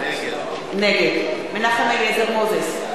נגד מנחם אליעזר מוזס,